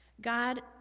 God